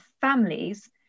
families